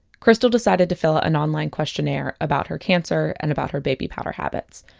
krystal decided to fill out an online questionnaire about her cancer and about her baby powder habits.